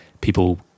people